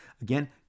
Again